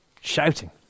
shouting